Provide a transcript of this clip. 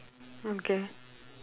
okay